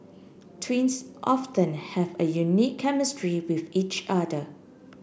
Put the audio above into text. twins often have a unique chemistry with each other